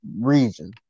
reason